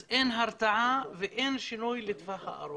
אז אין הרתעה ואין שינוי לטווח הארוך.